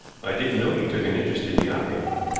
i didn't know you took an interest in yachting.